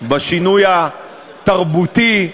בשינוי התרבותי,